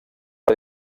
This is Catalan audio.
per